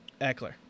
Eckler